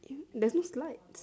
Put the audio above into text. there's this light